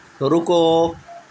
رُکو